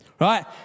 Right